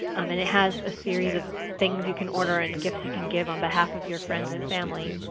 um and it has a series of things you can order and gifts you can give on behalf of your friends and family